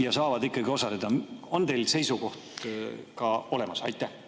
ja saavad ikkagi osaleda. On teil selle kohta ka seisukoht